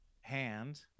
hand